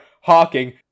Hawking